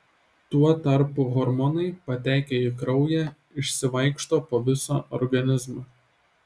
tuo tarpu hormonai patekę į kraują išsivaikšto po visą organizmą